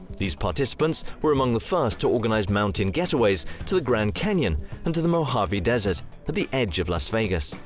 these participants were among the first to organise mountain getaways to the grand canyon and to the mojave desert at but the edge of las vegas.